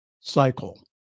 cycle